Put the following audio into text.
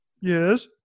yes